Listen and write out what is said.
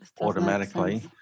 Automatically